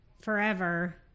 Forever